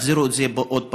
החזירו את זה עוד פעם,